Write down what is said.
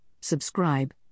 subscribe